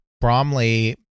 Bromley